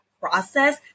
process